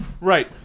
Right